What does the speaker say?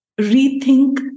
rethink